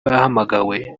bahamagawe